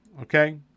Okay